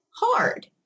hard